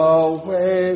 away